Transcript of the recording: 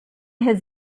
his